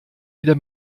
wieder